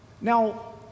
Now